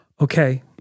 okay